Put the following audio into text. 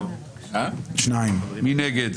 מי נגד?